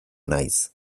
naiz